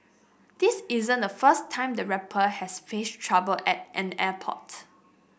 this isn't the first time the rapper has faced trouble at an airport